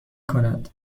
کند